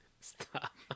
Stop